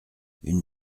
une